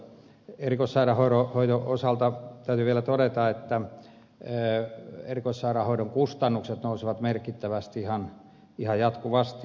erikoissairaanhoidon osalta täytyy vielä todeta että erikoissairaanhoidon kustannukset nousevat merkittävästi ihan jatkuvasti